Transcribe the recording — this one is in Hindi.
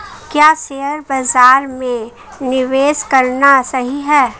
क्या शेयर बाज़ार में निवेश करना सही है?